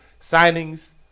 signings